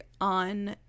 on